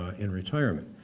ah in retirement.